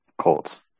Colts